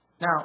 Now